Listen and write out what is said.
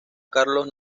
carlos